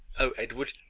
oh, edward,